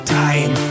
time